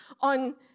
on